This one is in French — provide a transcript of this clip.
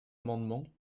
amendement